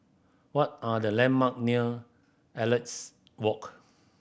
what are the landmark near Elliot Walk